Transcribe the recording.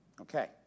Okay